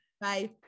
Bye